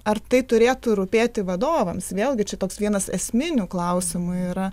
ar tai turėtų rūpėti vadovams vėlgi čia toks vienas esminių klausimų yra